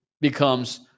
becomes